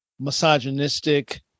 misogynistic